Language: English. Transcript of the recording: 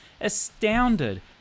astounded